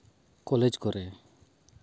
college ᱠᱚᱨᱮ